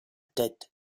tête